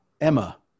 Emma